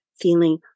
feeling